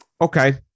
okay